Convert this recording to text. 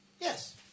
Yes